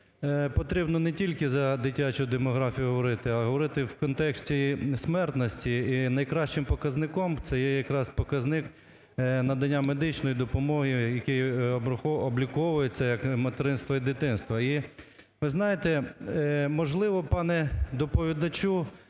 потрібно не тільки за дитячу демографію говорити, а говорити у контексті смертності, і найкращим показником це є якраз показник надання медичної допомоги, який обліковується… материнства і дитинства. І, ви знаєте, можливо, пане доповідачу,